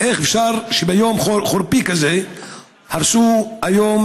איך אפשר שביום חורפי כזה הרסו היום,